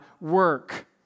work